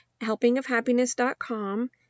helpingofhappiness.com